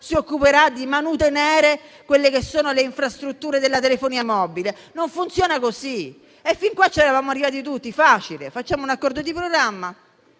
si occuperà di manutenere le infrastrutture della telefonia mobile. Non funziona così e fin qua c'eravamo arrivati tutti: facile, facciamo un accordo di programma